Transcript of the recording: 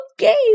Okay